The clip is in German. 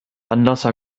anlasser